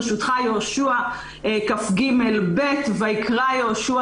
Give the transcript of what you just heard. בספר יהושע פרק כ"ג פסוק ב' כתוב: "ויקרא יהושע